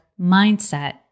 Mindset